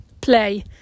play